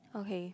okay